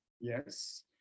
Yes